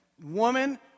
woman